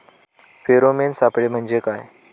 Pheromone सापळे म्हंजे काय?